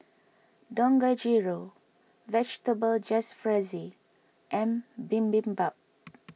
Dangojiru Vegetable Jalfrezi and Bibimbap